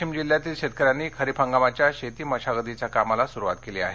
वाशिम जिल्ह्यातील शेतकऱ्यांनी खरीप हंगामाच्या शेती मशागतीच्या कामाला सुरुवात केली आहे